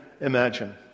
imagine